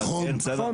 נכון?